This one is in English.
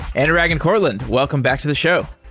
anurag and courtland, welcome back to the show.